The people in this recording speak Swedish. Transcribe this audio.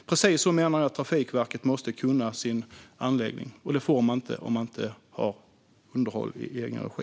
Precis på samma sätt menar jag att Trafikverket måste kunna sin anläggning, och så blir det inte om man inte har underhåll i egen regi.